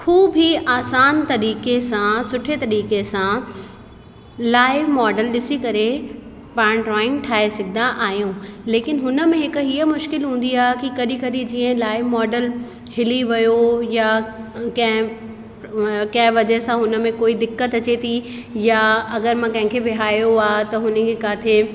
खूब ई आसान तरीक़े सां सुठे तरीक़े सां लाइव मॉडल ॾिसी करे पाण ड्रॉइंग ठाहे सघंदा आहियूं लेकिन हुनमें हिक हीअ मुश्किल हूंदी आहे की कॾहिं कॾहिं जीअं लाइव मॉडल हिली वियो या कंहिं कंहिं वजह सां हुनमें कोई दिक़तु अचे थी या अगरि मां कंहिंखे ॿिहारियो आहे त हुनजी किथे